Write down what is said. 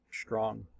strong